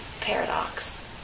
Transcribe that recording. paradox